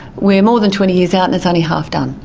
we're more than twenty years out and it's only half done.